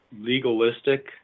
legalistic